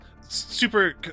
super